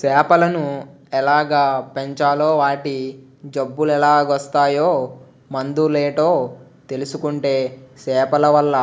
సేపలను ఎలాగ పెంచాలో వాటి జబ్బులెలాగోస్తాయో మందులేటో తెలుసుకుంటే సేపలవల్ల